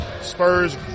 Spurs